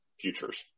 futures